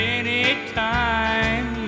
anytime